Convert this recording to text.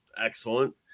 excellent